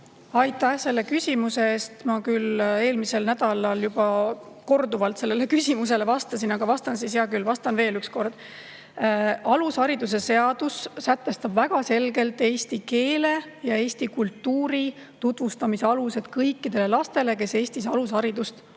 Aitäh selle küsimuse eest! Ma küll eelmisel nädalal juba korduvalt sellele küsimusele vastasin, aga hea küll, vastan veel üks kord. Alusharidusseadus sätestab väga selgelt eesti keele ja eesti kultuuri tutvustamise alused kõikidele lastele, kes Eestis alusharidust